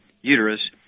uterus